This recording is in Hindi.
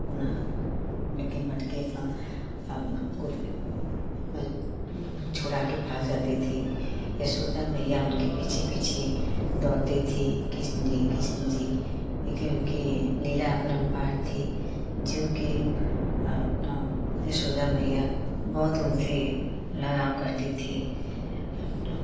अपना लेकिन मटके अपना अपना गोपी अपना छुड़ाकर भाग जाते थे यशोदा मैया उनके पीछे पीछे दौड़ती थी कृष्ण जी कृष्ण जी क्योंकि उनकी लीला अपरंपार थी जो कि अपना यशोदा मैया बहुत उनसे लगाव करती थी अपना